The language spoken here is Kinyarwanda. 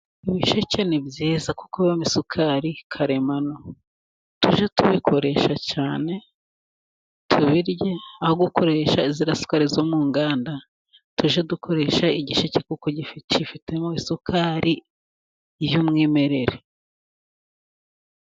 Ibisheke ni byiza kuko bibamo isukari karemano, tujye tubikoresha cyane tubirye aho gukoresha ziriya sukari zo mu nganda, tujye dukoresha igisheke kuko kifitemo isukari y'umwimerere.